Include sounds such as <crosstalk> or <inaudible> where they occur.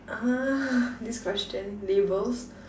uh this question labels <noise>